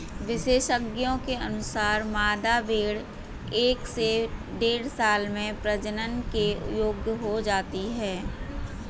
विशेषज्ञों के अनुसार, मादा भेंड़ एक से डेढ़ साल में प्रजनन के योग्य हो जाती है